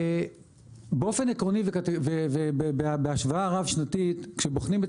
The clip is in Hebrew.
באופן עקרוני ובהשוואה רב-שנתית כשבוחנים את